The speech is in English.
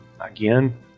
again